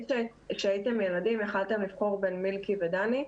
כשהייתם ילדים, יכולתם לבחור בין מילקי ודני.